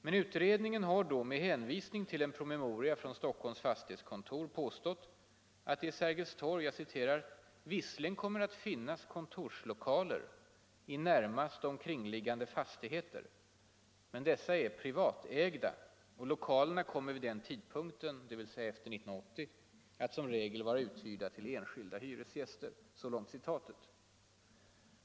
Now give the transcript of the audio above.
Men utredningen har då med hänvisning till en promemoria från Stockholms fastighetskontor påstått att det vid Sergels torg ”visserligen kommer att finnas kontorslokaler i närmast omkringliggande fastigheter, men dessa är privatägda, och lokalerna kommer vid den tidpunkten” — dvs. efter 1980 - ”att som regel vara uthyrda till enskilda hyresgäster —---”.